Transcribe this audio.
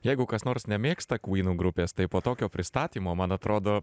jeigu kas nors nemėgsta kvynų grupės tai po tokio pristatymo man atrodo